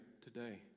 today